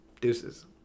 Deuces